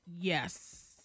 yes